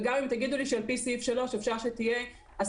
וגם אם תגידו לי שעל פי סעיף (3) אפשר שתהיה הסכמה,